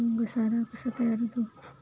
घसारा कसा तयार होतो?